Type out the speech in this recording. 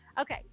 Okay